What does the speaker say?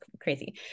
crazy